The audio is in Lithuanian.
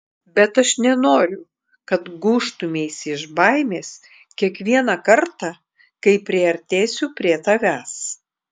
bet aš nenoriu kad gūžtumeisi iš baimės kiekvieną kartą kai priartėsiu prie tavęs